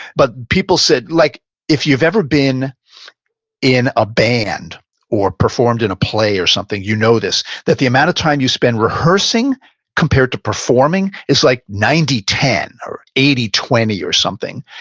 but people said like if you've ever been in a band or performed in a play or something, you know this. that the amount of time you spend rehearsing compared to performing is like ninety ten or eighty twenty or something.